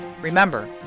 Remember